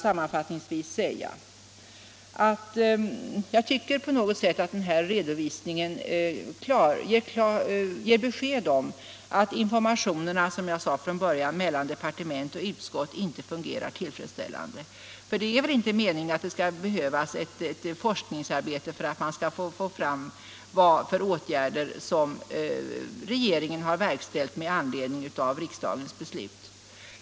Sammanfattningsvis vill jag säga att jag tycker att den här redovisningen ger besked om att informationerna mellan departement och utskott inte fungerar tillfredsställande. För det är väl inte meningen att det skall behövas ett forskningsarbete för att få fram vilka åtgärder regeringen har vidtagit med anledning av riksdagens beslut?